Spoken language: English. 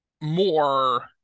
more